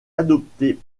adopté